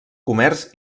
comerç